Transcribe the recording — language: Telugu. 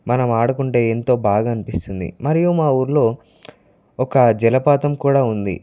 మనం ఆడుకుంటే ఎంతో బాగా అనిపిస్తుంది మరియు మాఊరిలో ఒక జలపాతం కూడా ఉంది